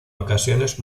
ocasiones